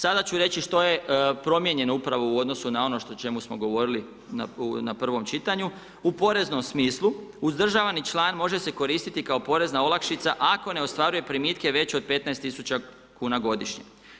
Sada ću reći što je promijenjeno upravo u odnosu na ono o čemu smo govorili na prvom čitanju, u poreznom smislu, uzdržavani član može se koristiti kao porezna olakšica ako ne ostvaruje primitke veće od 15 tisuća kuna godišnje.